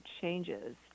changes